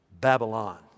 Babylon